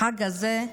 החג הזה,